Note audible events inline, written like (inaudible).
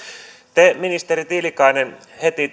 te ministeri tiilikainen heti (unintelligible)